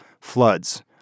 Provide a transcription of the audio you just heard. floods